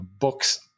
books